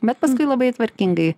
bet paskui labai tvarkingai